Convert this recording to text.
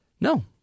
No